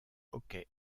hockey